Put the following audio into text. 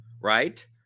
right